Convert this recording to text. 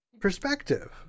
perspective